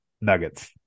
nuggets